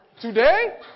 Today